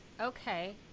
Okay